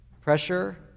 Pressure